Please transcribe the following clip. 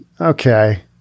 okay